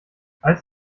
als